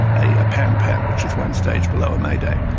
a ah pan pan, which is one stage below a mayday.